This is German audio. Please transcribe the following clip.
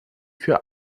für